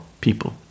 people